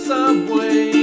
Subway